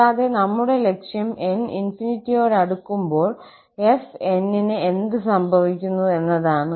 കൂടാതെ നമ്മുടെ ലക്ഷ്യം n ∞യോട് അടുക്കുമ്പോൾ fnന് എന്ത് സംഭവിക്കുന്നു എന്നതാണ്